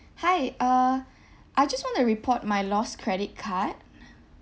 hi uh I just want to report my lost credit card